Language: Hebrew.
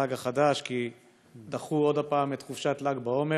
החג החדש, כי דחו עוד הפעם את חופשת ל"ג בעומר.